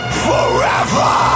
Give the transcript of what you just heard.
forever